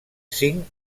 cinc